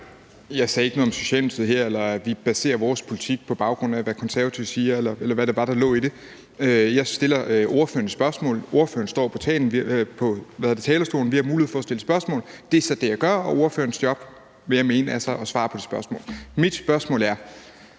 Jeg sagde ikke noget om Socialdemokratiet her eller om, at vi baserer vores politik, på baggrund af hvad Konservative siger, eller hvad det var, der lå i det. Jeg stiller ordføreren et spørgsmål. Ordføreren står på talerstolen, og vi har mulighed for at stille spørgsmål, og det er så det, jeg gør, og ordførerens job, vil jeg mene, er så at svare på det spørgsmål. Mit spørgsmål drejer